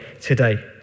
today